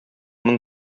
мең